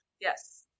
Yes